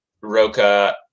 roca